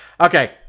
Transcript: Okay